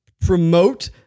promote